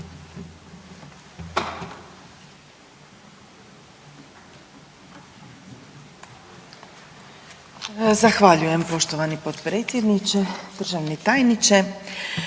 Zahvaljujem poštovani g. predsjedniče. Naravno tražim